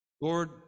Lord